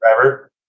driver